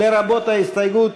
לרבות ההסתייגות,